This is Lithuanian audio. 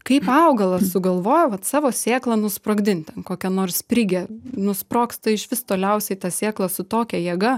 kaip augalas sugalvojo vat savo sėklą nusprogdint ten kokia nors sprige nusprogsta išvis toliausiai ta sėkla su tokia jėga